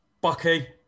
Bucky